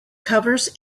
covers